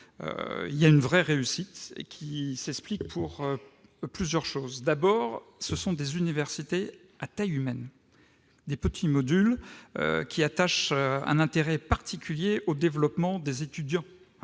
Il y a là une vraie réussite, qui s'explique par plusieurs raisons. Tout d'abord, il s'agit d'universités à taille humaine, de petits modules, qui attachent un intérêt particulier au développement des étudiants,